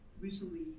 recently